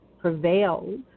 prevailed